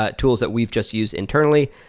but tools that we've just use internally.